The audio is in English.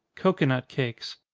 cocoanut cakes.